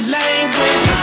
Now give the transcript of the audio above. language